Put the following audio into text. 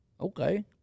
Okay